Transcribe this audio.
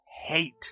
hate